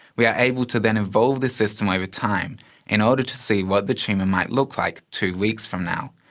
we are able to then evolve the system over time in order to see what the tumour might look like two weeks from now,